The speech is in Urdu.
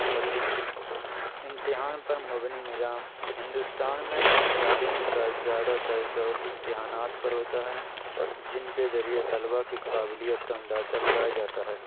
نمبر تین امتحان پر مبنی نظام ہندوستان میں تعلیم کا زیادہ تر زور امتحانات پر ہوتا ہے جن کے ذریعے طلباء کی قابلیت کا اندازہ لگایا جاتا ہے